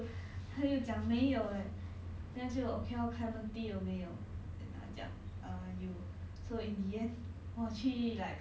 err 已经 eh 他讲什么 ah 他讲他讲有 at first 他讲有 then after that hor next day 他又他又讲没有 leh